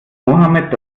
mohammed